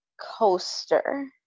coaster